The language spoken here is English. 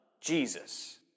Jesus